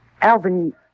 Alvin